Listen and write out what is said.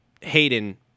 Hayden